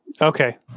Okay